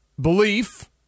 belief